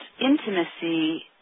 intimacy